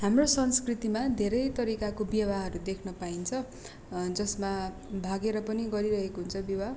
हाम्रो संस्कृतिमा धेरै तरिकाको विवाहहरू देख्न पाइन्छ जसमा भागेर पनि गरिरहेको हुन्छ विवाह